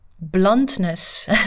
bluntness